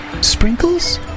Sprinkles